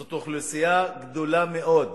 זאת אוכלוסייה גדולה מאוד,